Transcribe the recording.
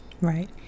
Right